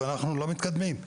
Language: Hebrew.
ואנחנו לא מתקדמים.